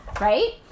right